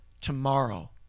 Tomorrow